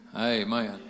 Amen